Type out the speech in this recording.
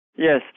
Yes